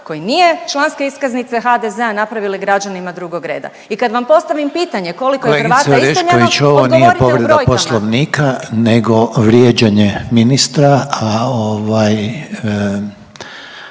koji nije članske iskaznice HDZ-a napravili građanima drugog reda. I kad vam postavim pitanje koliko je Hrvata iseljeno odgovorite u brojkama.